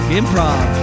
improv